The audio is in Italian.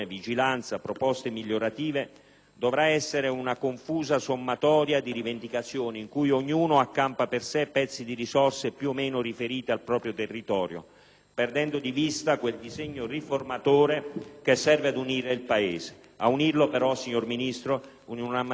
è una confusa sommatoria di rivendicazioni, in cui ognuno accampa per sé pezzi di risorse più o meno riferite al proprio territorio, perdendo di vista quel disegno riformatore che serve ad unire il Paese: ad unirlo però, signor Ministro, in una maniera diversa rispetto al passato.